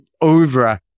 over